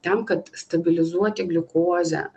tam kad stabilizuoti gliukozę